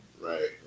Right